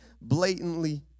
blatantly